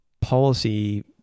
policy